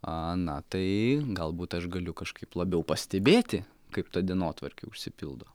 a na tai galbūt aš galiu kažkaip labiau pastebėti kaip ta dienotvarkė užsipildo